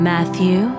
Matthew